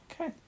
Okay